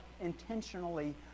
intentionally